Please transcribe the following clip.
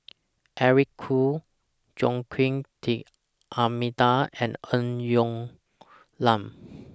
Eric Khoo Joaquim D'almeida and Ng Woon Lam